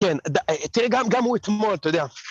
כן, תראה גם גם הוא אתמול, אתה יודע